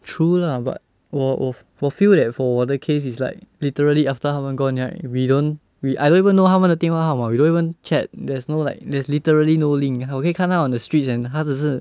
true lah but 我我 feel that for 我的 case is like literally after 他们 gone right we don't I don't even know 他们的电话号码 we don't even chat there's no like there's literally no link like 我可以看到他 on the streets and 他只是